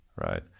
right